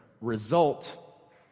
Result